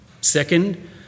Second